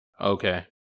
Okay